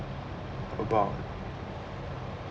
about